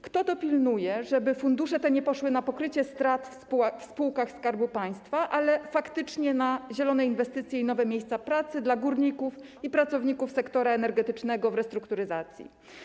Kto dopilnuje, żeby fundusze te nie poszły na pokrycie strat w spółkach Skarbu Państwa, ale faktycznie poszły na zielone inwestycje i nowe miejsca pracy dla górników i pracowników sektora energetycznego w restrukturyzacji?